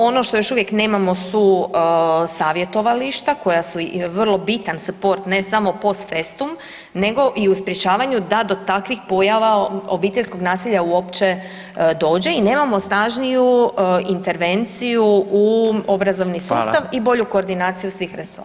Ono što još uvijek nemamo su savjetovališta koja su vrlo bitan suport ne samo post festum nego i u sprječavanju da do takvih pojava obiteljskog nasilja uopće dođe i nemamo snažniju intervenciju u obrazovni sustav i bolju koordinaciju svih resora.